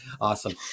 Awesome